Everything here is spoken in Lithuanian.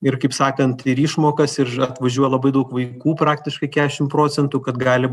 ir kaip sakant ir išmokas ir atvažiuoja labai daug vaikų praktiškai keturiasdešim procentų kad gali